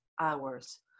hours